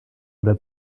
oder